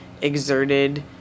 exerted